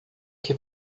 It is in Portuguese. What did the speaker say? que